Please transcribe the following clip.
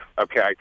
okay